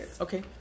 okay